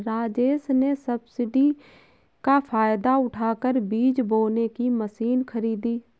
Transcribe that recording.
राजेश ने सब्सिडी का फायदा उठाकर बीज बोने की मशीन खरीदी